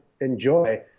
enjoy